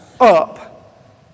up